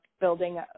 building